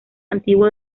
antiguo